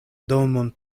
domon